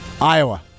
Iowa